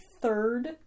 third